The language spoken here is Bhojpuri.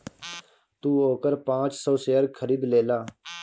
तू ओकर पाँच सौ शेयर खरीद लेला